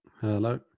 hello